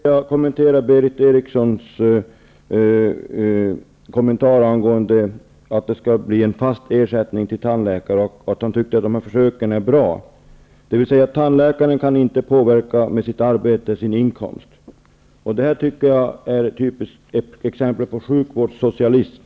Fru talman! Jag vill kommentera det som Berith Eriksson sade om att det skall bli en fast ersättning till tandläkare. Hon ansåg att dessa försök var bra, dvs. att tandläkaren inte kan påverka sin inkomst genom sitt arbete. Detta är ett typiskt exempel på sjukvårdssocialism.